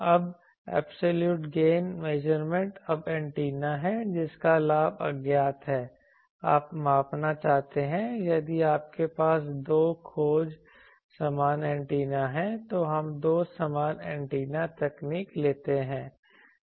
अब absolute gain measurement अब antenna है जिसका लाभ अज्ञात है आप मापना चाहते हैं यदि आपके पास दो खोज समान एंटेना हैं तो हम दो समान एंटीना तकनीक लेते हैं